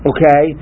Okay